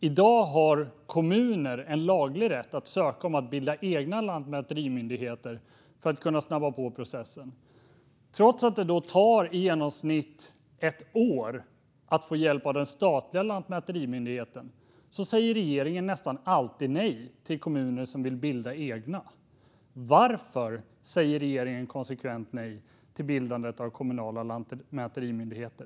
I dag har kommuner en laglig rätt att ansöka om att bilda egna lantmäterimyndigheter för att kunna snabba på processen. Trots att det alltså tar i genomsnitt ett år att få hjälp av den statliga lantmäterimyndigheten säger regeringen nästan alltid nej till kommuner som vill bilda egna. Varför säger regeringen konsekvent nej till bildandet av kommunala lantmäterimyndigheter?